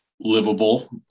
livable